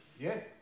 Yes